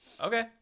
Okay